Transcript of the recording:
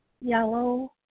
yellow